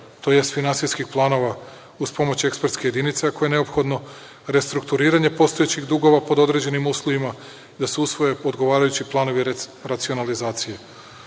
tj. finansijskih planova uz pomoć ekspertske jedinice, ako je neophodno, restrukturiranje postojećih dugova pod određenim uslovima, da se usvoje odgovarajući planovi racionalizacije,